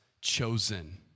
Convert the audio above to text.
chosen